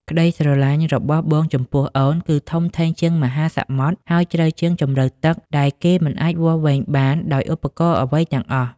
ក្តីស្រឡាញ់របស់បងចំពោះអូន គឺធំធេងជាងមហាសមុទ្រ ហើយជ្រៅជាងជម្រៅទឹកដែលគេមិនអាចវាស់វែងបានដោយឧបករណ៍អ្វីទាំងអស់។